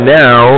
now